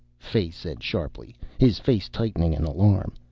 fay said sharply, his face tightening in alarm,